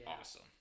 awesome